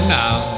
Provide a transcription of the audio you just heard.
now